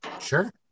Sure